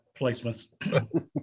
placements